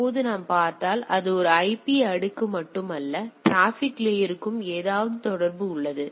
இப்போது நாம் பார்த்தால் அது ஒரு ஐபி அடுக்கு மட்டுமல்ல டிராபிக் லேயர்க்கும் ஏதாவது தொடர்பு உள்ளது